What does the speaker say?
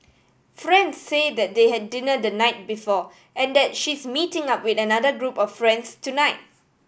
friends say that they had dinner the night before and that she's meeting up with another group of friends tonight